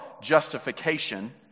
justification